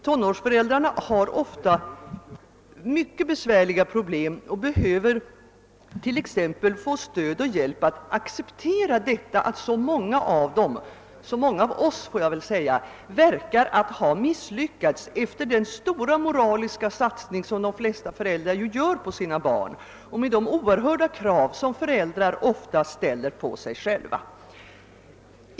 Tonårsföräldrarna har ofta mycket besvärliga problem och behöver t.ex. hjälp att acceptera detta att så många av dem misslyckas, trots den stora moraliska satsning som de flesta föräldrar ändå gör när det gäller deras barn, och trots de oerhörda krav som föräldrarna ofta ställer på sig själva.